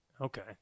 okay